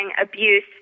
abuse